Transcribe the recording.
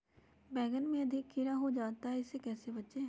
बैंगन में अधिक कीड़ा हो जाता हैं इससे कैसे बचे?